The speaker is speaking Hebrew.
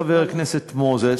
חבר הכנסת מוזס,